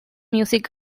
music